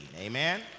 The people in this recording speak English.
Amen